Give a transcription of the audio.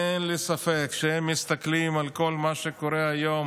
אין לי ספק שהם מסתכלים על כל מה שקורה היום